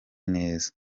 neza